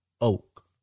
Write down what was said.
Oak